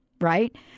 right